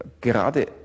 gerade